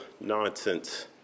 nonsense